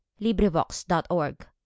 librivox.org